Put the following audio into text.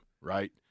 right